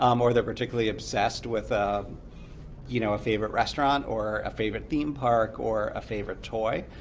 um or they're particularly obsessed with ah you know a favorite restaurant or a favorite theme park or a favorite toy,